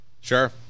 Sure